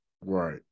Right